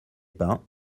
pins